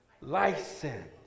license